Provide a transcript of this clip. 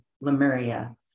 Lemuria